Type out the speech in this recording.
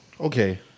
Okay